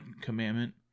commandment